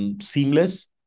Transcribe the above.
seamless